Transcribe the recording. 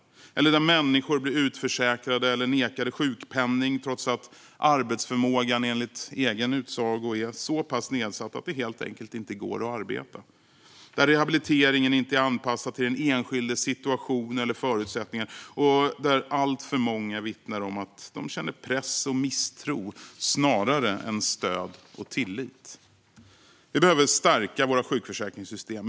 Det kan också handla om människor som blir utförsäkrade eller nekade sjukpenning trots att arbetsförmågan enlig egen utsago är så pass nedsatt att det helt enkelt inte går att arbeta. Ibland är rehabiliteringen inte anpassad till den enskildes situation eller förutsättningar. Alltför många vittnar om att de känner press och misstro, snarare än stöd och tillit. Vi behöver stärka våra sjukförsäkringssystem.